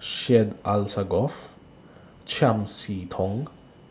Syed Alsagoff Chiam See Tong